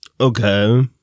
Okay